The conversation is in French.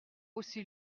aussi